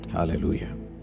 Hallelujah